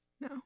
No